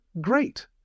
great